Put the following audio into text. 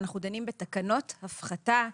אנחנו דנים בתקנות הפחתה,